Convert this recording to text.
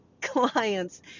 clients